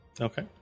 Okay